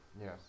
Yes